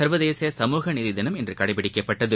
சர்வதேச சமூக நீதி தினம் இன்று கடைபிடிக்கப்பட்டது